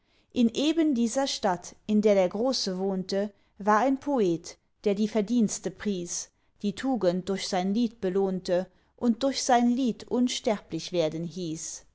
in eben dieser stadt in der der große wohnte war ein poet der die verdienste pries die tugend durch sein lied belohnte und durch sein lied unsterblich werden hieß